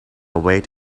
weight